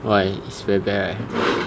why it's very bad right